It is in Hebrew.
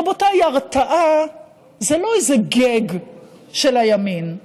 רבותיי, הרתעה זה לא איזה gag של הימין.